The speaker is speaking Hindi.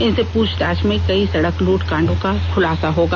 इनसे पूछताछ में कई सड़क लूट कांडों का खुलासा होगा